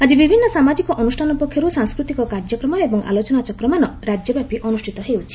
ଆକି ବିଭିନ୍ନ ସାମାଜିକ ଅନୁଷାନ ପକ୍ଷରୁ ସାଂସ୍କୃତିକ କାର୍ଯ୍ୟକ୍ରମ ଏବଂ ଆଲୋଚନାଚକ୍ରମାନ ରାଜ୍ୟ ବ୍ୟାପି ଅନୁଷ୍ଠିତ ହେଉଛି